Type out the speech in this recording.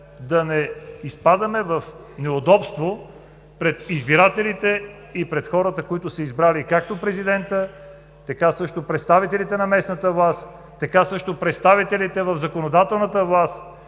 да не изпадаме в неудобство пред избирателите и пред хората, които са избрали както президента, така също представителите на местната власт, така също представителите в законодателната власт,